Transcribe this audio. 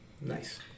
nice